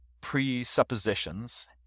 presuppositions